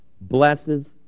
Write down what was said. blesses